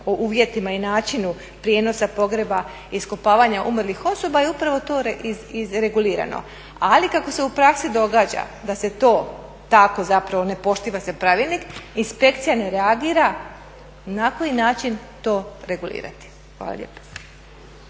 uvjetima i načinu prijenosa pogreba, iskopavanja umrlih osoba je upravo to izregulirano. Ali kako se u praksi događa da se tako zapravo ne poštiva se pravilnik, inspekcija ne reagira, na koji način to regulirati? Hvala lijepo.